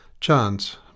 Chance